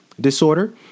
disorder